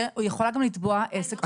היא יכולה גם לתבוע עסק פרטי.